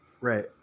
Right